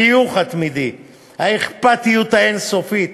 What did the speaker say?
החיוך, האכפתיות האין-סופית,